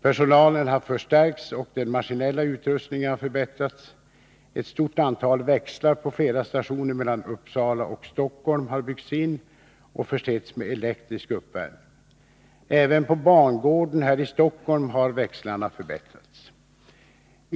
Personalen har förstärkts, och den maskinella utrustningen har förbättrats. Ett stort antal växlar på flera stationer mellan Uppsala och Stockholm har byggts in och försetts med elektrisk uppvärmning. Även på bangården här i Stockholm har växlarna förbättrats.